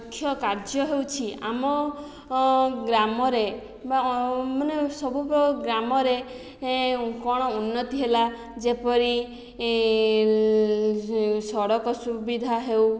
ମୁଖ୍ୟ କାର୍ଯ୍ୟ ହେଉଛି ଆମ ଗ୍ରାମରେ ଗ୍ରାମରେ କ'ଣ ଉନ୍ନତି ହେଲା ଯେପରି ସଡ଼କ ସୁବିଧା ହେଉ